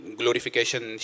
glorification